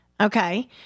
Okay